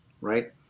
right